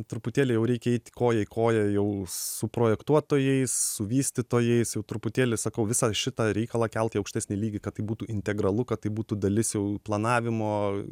truputėlį jau reikia eit koja į koją jau su projektuotojais su vystytojais jau truputėlį sakau visą šitą reikalą kelt į aukštesnį lygį kad tai būtų integralu kad tai būtų dalis jau planavimo